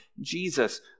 Jesus